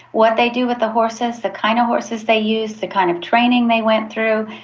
what they do with the horses, the kind of horses they use, the kind of training they went through,